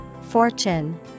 Fortune